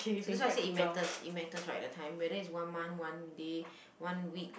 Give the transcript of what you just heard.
so that's why I said it matters it matters right the time whether it's one month one day one week